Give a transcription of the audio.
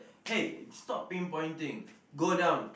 hey stop pinpointing go down